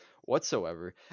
whatsoever